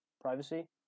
Privacy